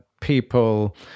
people